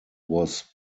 was